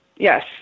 Yes